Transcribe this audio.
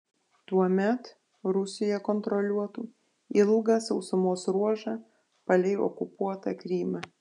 tuomet rusija kontroliuotų ilgą sausumos ruožą palei okupuotą krymą